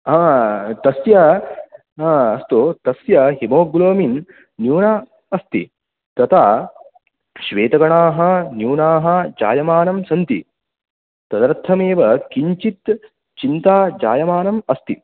हा तस्य हा अस्तु तस्य हिमोग्लोबिन् न्यूना अस्ति तता श्वेतगणाः न्यूनाः जायमानं सन्ति तदर्थमेव किञ्चित् चिन्ता जायमानम् अस्ति